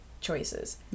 choices